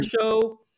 show